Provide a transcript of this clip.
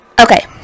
Okay